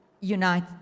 unite